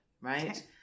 right